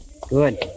Good